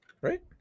right